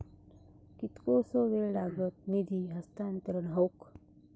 कितकोसो वेळ लागत निधी हस्तांतरण हौक?